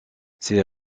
ces